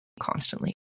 constantly